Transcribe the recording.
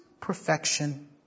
perfection